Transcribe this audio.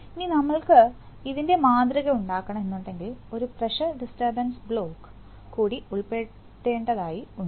ഇനി നമ്മൾക്കു ഇതിൻറെ മാതൃക ഉണ്ടാക്കണംഎന്നുണ്ടെങ്കിൽ ഒരു പ്രഷർ ഡിസ്റ്റർബൻസ് ബ്ലോക്ക് കൂടി ഉൾപ്പെടുത്തേണ്ടത് ആയി ഉണ്ട്